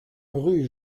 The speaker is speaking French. rue